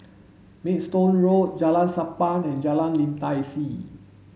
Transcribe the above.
Maidstone Road Jalan Sappan and Jalan Lim Tai See